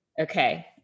Okay